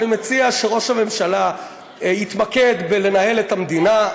אני מציע שראש הממשלה יתמקד בלנהל את המדינה,